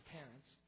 parents